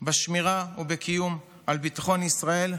כימים בשמירה ובקיום על ביטחון ישראל,